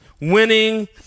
winning